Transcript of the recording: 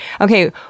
Okay